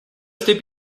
estoy